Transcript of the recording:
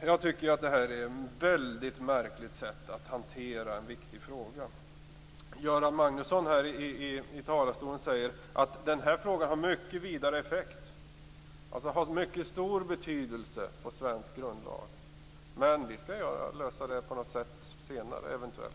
Jag tycker att det är ett märkligt sätt att hantera en viktig fråga. Göran Magnusson sade här i talarstolen att frågan har en mycket vidare effekt. Den har alltså mycket stor betydelse för svensk grundlag. Eventuellt skall detta, som sagt, senare på något sätt lösas.